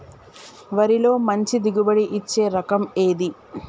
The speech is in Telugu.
వరిలో మంచి దిగుబడి ఇచ్చే రకం ఏది?